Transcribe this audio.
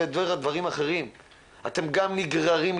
אתם גם נגררים,